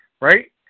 right